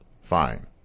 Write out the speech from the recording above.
fine